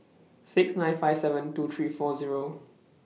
six nine five seven two three four Zero